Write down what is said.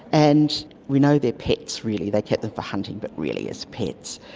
and we know they are pets really, they kept them for hunting but really as pets,